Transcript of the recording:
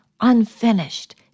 unfinished